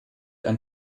ein